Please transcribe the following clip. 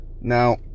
Now